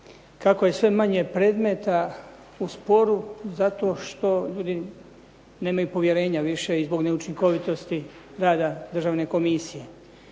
kako je sve manje predmeta u sporu zato što ljudi nemaju povjerenja više i zbog neučinkovitosti rada državne komisije.